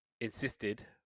insisted